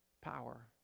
power